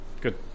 Good